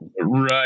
Right